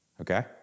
Okay